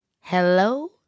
Hello